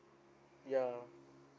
ya